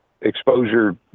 exposure